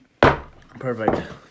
Perfect